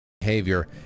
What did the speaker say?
behavior